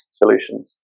solutions